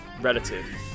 relative